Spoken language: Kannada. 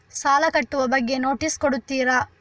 ಸಾಲ ಕಟ್ಟುವ ಬಗ್ಗೆ ನೋಟಿಸ್ ಕೊಡುತ್ತೀರ?